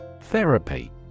therapy